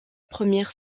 première